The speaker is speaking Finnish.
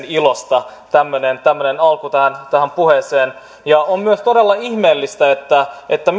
ilosta tämmöinen tämmöinen alku tähän puheeseen on myös todella ihmeellistä että että